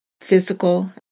physical